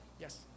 Yes